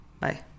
Bye